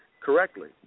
correctly